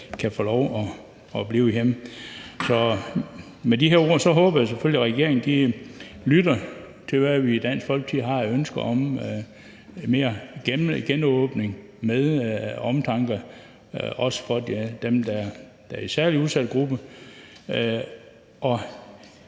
kan få lov til at blive hjemme. Med de ord håber jeg selvfølgelig, at regeringen lytter til, hvad vi i Dansk Folkeparti har af ønsker til mere genåbning, også med omtanke for dem, der er i en særlig udsat gruppe,